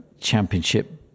championship